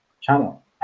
channel